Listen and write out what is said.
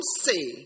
say